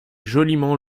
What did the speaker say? joliment